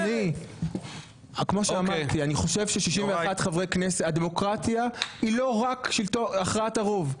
כמו שאמרתי, הדמוקרטיה היא לא רק הכרעת הרוב.